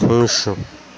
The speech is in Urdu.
خوش